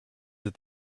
that